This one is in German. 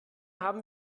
haben